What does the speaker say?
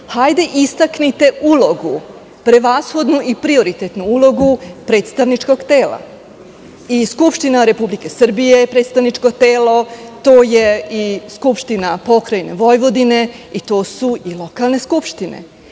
Hajde, istaknite ulogu, prevashodno i prioritetnu ulogu predstavničkog tela. Skupština Republike Srbije je predstavničko telo, to je i Skupština pokrajine Vojvodine i to su i lokalne skupštine.